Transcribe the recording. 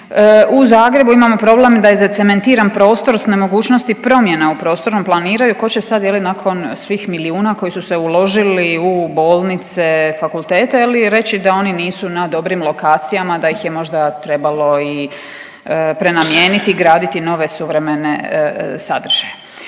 U Zagrebu imamo problem da je zacementiran prostor s nemogućnost promjena u prostornom planiranju, tko će sad, je li, nakon svih milijuna koji su se uložili u bolnice, fakultete, je li, reći da oni nisu na dobrim lokacijama, da ih je možda trebalo i prenamijeniti, graditi nove suvremene sadržaje.